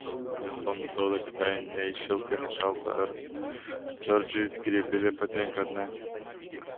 jos tonas rodo kad jai nei šilta nei šalta ar džordžui skrybėlė patinka ar ne